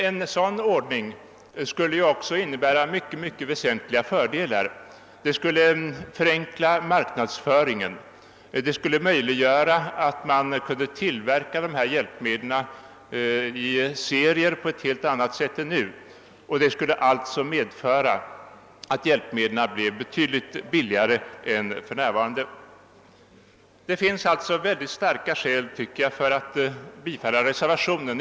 En sådan ordning skulle ju också innebära mycket väsentliga fördelar. Den skulle förenkla marknadsföringen och möjliggöra att dessa hjälpmedel tillverkades i serier på ett helt annat sätt än nu är fallet. Detta skulle alltså medföra att hjälpmedlen blev betydligt billigare än för närvarande är fallet. Jag tycker således att det föreligger mycket starka skäl för ett bifall till reservationen.